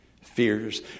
fears